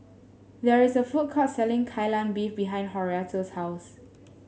there is a food court selling Kai Lan Beef behind Horatio's house